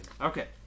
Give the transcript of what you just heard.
Okay